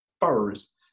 first